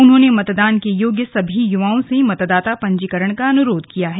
उन्होंने मतदान के योग्य सभी युवाओं से मतदाता पंजीकरण का अनुरोध किया है